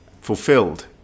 fulfilled